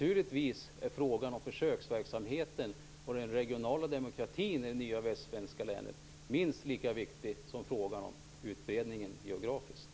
Men frågan om försöksverksamheten och den regionala demokratin i det nya västsvenska länet är naturligtvis minst lika viktig som frågan om utbredningen geografiskt.